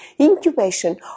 incubation